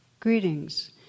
Greetings